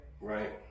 right